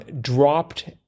dropped